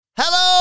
Hello